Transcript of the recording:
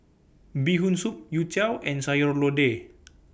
Bee Hoon Soup Youtiao and Sayur Lodeh